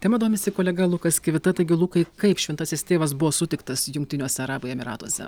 tema domisi kolega lukas kivita taigi lukai kaip šventasis tėvas buvo sutiktas jungtiniuose arabų emyratuose